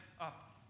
up